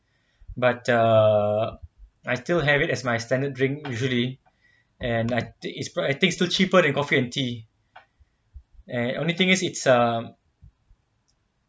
but err I still have it as my standard drink usually and uh I think is quite I think is cheaper than coffee and tea and only thing is it's um